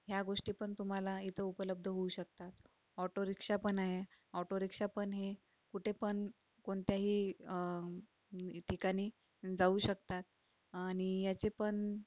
या गोष्टीपण तुम्हाला इथं उपलब्ध होऊ शकतात ऑटोरिक्षापण आहे ऑटोरिक्षापण हे कुठेपण कोणत्याही ठिकाणी जाऊ शकतात आणि याचेपण